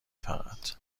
فقط